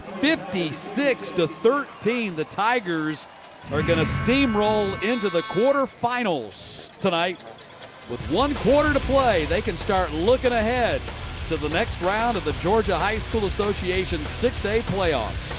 fifty six thirteen the tigers are going to steam roll into the quarterfinals tonight with one quarter to play. they can start looking ahead to the next round of the georgia high school association six a playoffs.